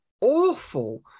awful